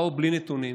באו בלי נתונים,